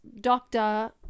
doctor